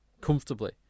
comfortably